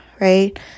right